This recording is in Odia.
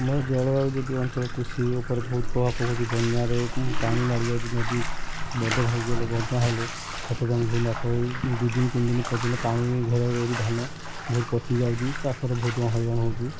ଆମ ଜଳବାୟୁ ଯଦି ଅଞ୍ଚଳକୁ କୃଷି ଉପରେ ବହୁତ ପ୍ରଭାବ ପକାଉଛି ବନ୍ୟାରେ ପାଣି ମାଡ଼ିଯାଉଛି ନଦୀ ବନ୍ଧ ଭାଙ୍ଗିଗଲେ ବନ୍ୟା ହେଲେ କ୍ଷେତ ଜମି ବହୁତ ନାସ ହେଉଛି ଦୁଇ ଦିନ ତିନିଦିନ ପର୍ଯ୍ୟନ୍ତ ପାଣି ଘେର ରହୁଛି ଧାନ ବହୁତ ପଚିଯାଉଛି ଚାଷର ବହୁତ ହଇରାଣ ହେଉଛୁ